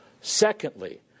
secondly